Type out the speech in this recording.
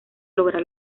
lograr